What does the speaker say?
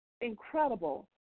incredible